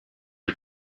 are